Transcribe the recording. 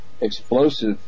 explosive